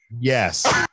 Yes